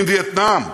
עם וייטנאם,